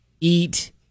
eat